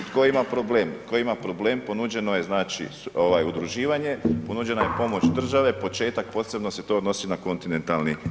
Tko ima problem, tko ima problem, ponuđeno je znači udruživanja, ponuđena je pomoć države, početak, posebno se to odnosi na kontinentalni dio.